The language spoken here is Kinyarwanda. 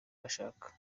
bashaka